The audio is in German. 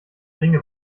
ringe